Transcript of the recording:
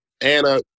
Anna